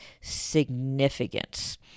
significance